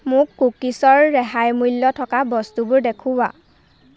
মোক কুকিছৰ ৰেহাই মূল্য থকা বস্তুবোৰ দেখুওৱা